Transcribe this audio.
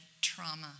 trauma